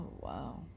wow